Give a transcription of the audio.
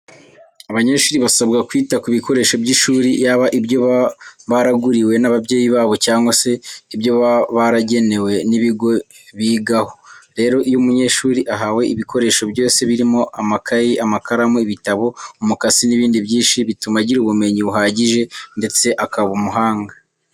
Abanyeshuri basabwa kwita ku bikoresho by'ishuri yaba ibyo baba baraguriwe n'ababyeyi babo cyangwa se ibyo baba baragenewe n'ibigo bigaho. Rero, iyo umunyeshuri ahawe ibikoresho byose birimo amakayi, amakaramu, ibitabo, umukasi n'ibindi byinshi, bituma agira ubumenyi buhagije ndetse akaba umuhanga.